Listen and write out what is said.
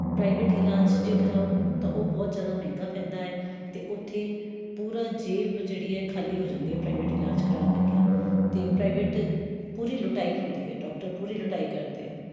private ਇਲਾਜ ਜੇ ਕਰਵਾਉ ਤਾਂ ਉਹ ਬਹੁਤ ਜ਼ਿਆਦਾ ਮਹਿੰਗਾ ਪੈਂਦਾ ਹੈ ਅਤੇ ਉੱਥੇ ਪੂਰੀ ਜੇਬ ਜਿਹੜੀ ਹੈ ਖਾਲੀ ਹੋ ਜਾਂਦੀ ਹੈ ਪ੍ਰਾਈਵੇਟ ਇਲਾਜ ਕਰਵਾਉਣ ਲੱਗਿਆ ਅਤੇ ਪ੍ਰਾਈਵੇਟ ਪੂਰੀ ਲੁੱਟਾਈ ਹੁੰਦੀ ਹੈ ਡਾਕਟਰ ਪੂਰੀ ਲੁੱਟਾਈ ਕਰਦੇ ਹੈ